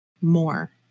more